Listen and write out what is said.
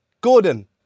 Gordon